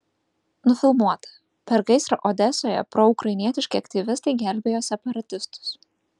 nufilmuota per gaisrą odesoje proukrainietiški aktyvistai gelbėjo separatistus